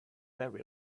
very